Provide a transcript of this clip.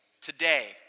today